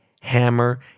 Hammer